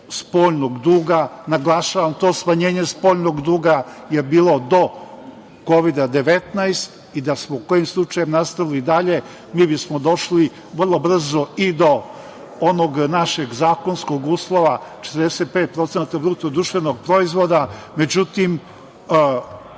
spoljnog duga. Naglašavam, to smanjenje spoljnog duga je bilo do Kovida-19 i da smo kojim slučajem nastavili dalje, mi bi smo došli vrlo brzo i do onog našeg zakonskog uslova 45% BDP. Međutim,